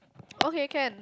okay can